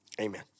Amen